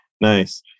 Nice